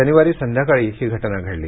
शनिवारी संध्याकाळी ही घटना घडली